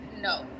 No